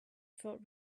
felt